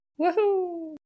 Woohoo